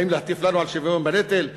באים להטיף לנו על שוויון בנטל?